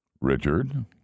Richard